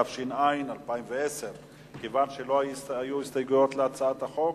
התש"ע 2010. כיוון שלא היו הסתייגויות להצעת החוק,